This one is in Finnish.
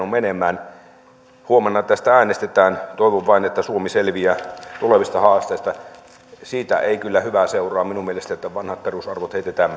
keinoin menemään huomenna tästä äänestetään toivon vain että suomi selviää tulevista haasteista siitä ei kyllä hyvää seuraa minun mielestäni että vanhat perusarvot heitetään